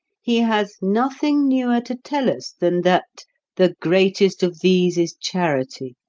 he has nothing newer to tell us than that the greatest of these is charity!